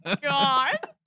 god